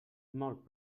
molt